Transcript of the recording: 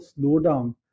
slowdown